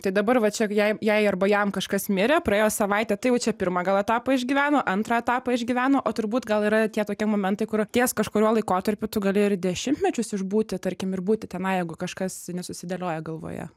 tai dabar vat čia jei jai arba jam kažkas mirė praėjo savaitė tai jau čia pirmą gal etapą išgyveno antrą etapą išgyveno o turbūt gal yra tie tokie momentai kur ties kažkuriuo laikotarpiu tu gali ir dešimtmečius išbūti tarkim ir būti tenai jeigu kažkas nesusidėlioja galvoje